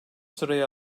sırayı